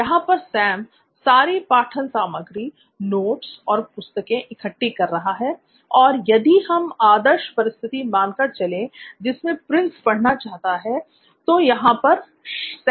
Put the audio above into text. यहां पर सैम सारी पाठन सामग्री नोट्सऔर पुस्तकें इकट्ठी कर रहा है और यदि हम आदर्श परिस्थिति मानकर चलें जिसमें प्रिंस पढ़ना चाहता है तो यहां पर सैम खुश होगा